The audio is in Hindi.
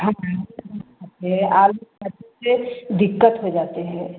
आदमी दिक्कत हो जाते हैं